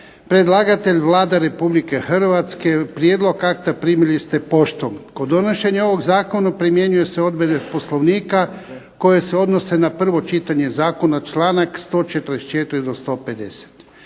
Predlagatelj Vlada Republike Hrvatske. Prijedlog akta primili ste poštom. Kod donošenja ovog zakona primjenjuju se obveze Poslovnika koje se odnose na prvo čitanje zakona, članak 144. do 150.